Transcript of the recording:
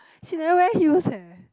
she never wear heels eh